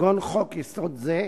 כגון חוק-יסוד זה,